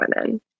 women